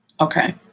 Okay